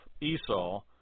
Esau